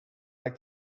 like